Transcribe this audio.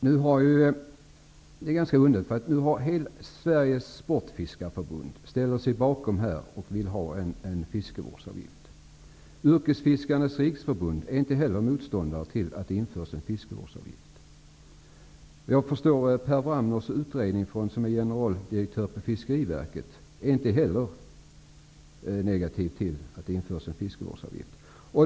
Herr talman! Det är ganska underligt. Sveriges sportfiskarförbund ställer sig bakom en fiskevårdsavgift. Inte heller Yrkesfiskarnas riksförbund är motståndare till införandet av en fiskevårdsavgift. Såvitt jag förstår är inte heller Per Wramner, generaldirektör för Fiskeriverket, negativ till att det införs en fiskevårdsavgift.